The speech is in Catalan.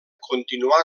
continuà